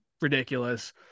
ridiculous